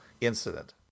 incident